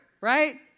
right